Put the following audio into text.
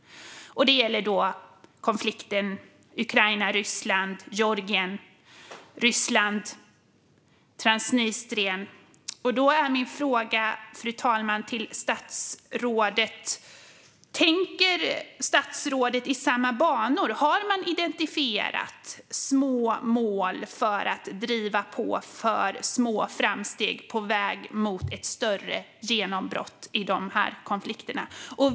Det gäller då konflikten Ukraina-Ryssland, Georgien, Ryssland, Transnistrien. Då är min fråga, fru talman, till statsrådet: Tänker statsrådet i samma banor? Har man identifierat små mål för att göra små framsteg på väg mot ett större genombrott i de här konflikterna?